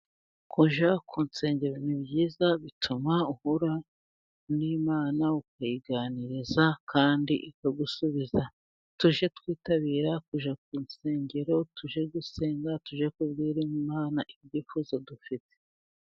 Kujya ku nsengero ni byiza, bituma uhura n'Imana ukayiganiriza kandi ikagusubiza, tujye twitabira kujya ku nsengero, tujye gusenga, tujye kubwira Imana ibyifuzo dufite.